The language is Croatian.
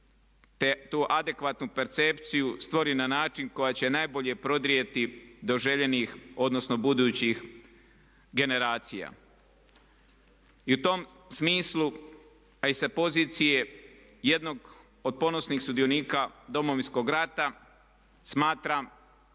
te tu adekvatnu percepciju stvori na način koji će najbolje prodrijeti do željenih odnosno budućih generacija. I u tom smislu, a i sa pozicije jednog od ponosnih sudionika Domovinskog rata, smatram